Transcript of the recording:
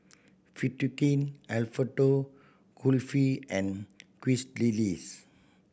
king Alfredo Kulfi and Quesadillas